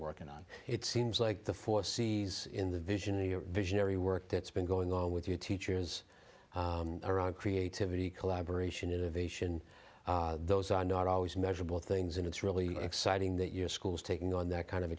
working on it seems like the four c's in the vision of your visionary work that's been going on with your teachers around creativity collaboration innovation those are not always measurable things and it's really exciting that your school is taking on that kind of a